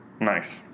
Nice